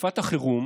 "בתקופת החירום